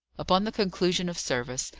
upon the conclusion of service,